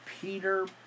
Peter